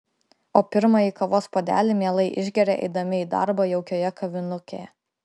o pirmąjį kavos puodelį mielai išgeria eidami į darbą jaukioje kavinukėje